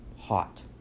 hot